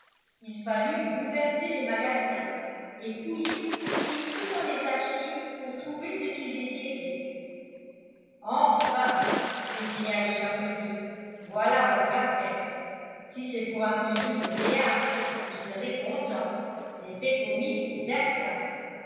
il fallut bouleverser les magasins et fouiller jusque dans les archives pour trouver ce qu'il désirait enfin s'écria le chapelier voilà votre affaire si c'est pour un costume de théâtre vous serez content l'effet comique est certain